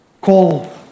call